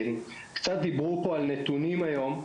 על נתונים היום,